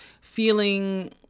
feeling